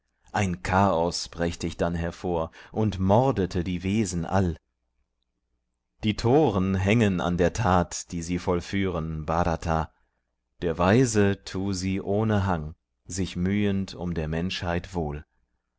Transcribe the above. ein chaos brächt ich dann hervor und mordete die wesen all die toren hängen an der tat die sie vollführen bhrata der weise tu sie ohne hang sich mühend um der menschheit wohl